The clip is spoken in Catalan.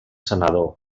senador